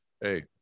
hey